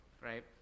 right